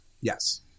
Yes